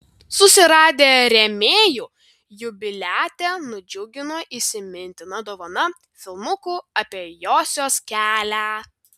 susiradę rėmėjų jubiliatę nudžiugino įsimintina dovana filmuku apie josios kelią